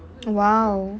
!wow!